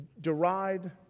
deride